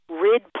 rid